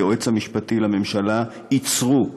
ליועץ המשפטי לממשלה: עצרו,